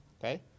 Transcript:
Okay